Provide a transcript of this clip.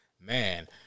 man